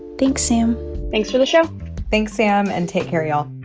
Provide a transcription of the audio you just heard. thanks sam thanks for the show thanks, sam. and take care, y'all